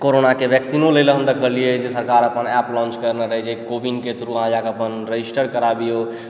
कोरोनाके वैक्सीनो लयलऽ हम देखलियै जे सरकार अपन एप लॉन्च करने रही जे कोविनके थ्रू अहाँ जाके अपन रजिस्टर कराबिऔ